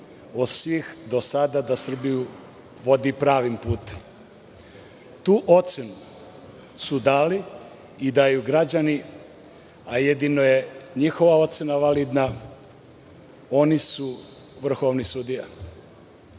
od svih do sada da Srbiju vodi pravim putem. Tu ocenu su dali i daju građani, a jedino je njihova ocena validna, oni su vrhovni sudija.